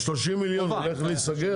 ה-30 מיליון הולך להיסגר?